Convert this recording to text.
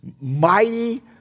mighty